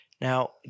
Now